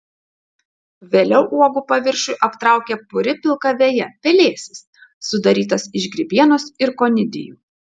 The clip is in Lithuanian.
vėliau uogų paviršių aptraukia puri pilka veja pelėsis sudarytas iš grybienos ir konidijų